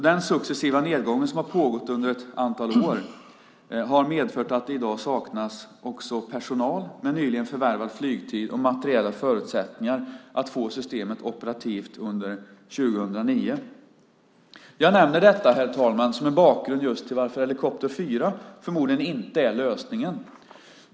Den successiva nedgång som har pågått under ett antal år har medfört att det i dag saknas personal med nyligen förvärvad flygtid och materiella förutsättningar att få systemet operativt under 2009. Jag nämner detta, herr talman, som en bakgrund till varför helikopter 4 förmodligen inte är lösningen.